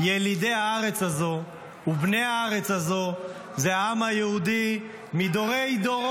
ילידי הארץ הזו ובני הארץ הזו זה העם היהודי מדורי-דורות,